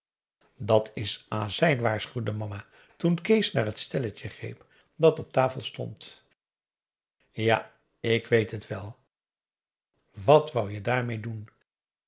dat is azijn waarschuwde mama toen kees naar t stelletje greep dat op tafel stond ja ik weet het wel wat wou je ermee doen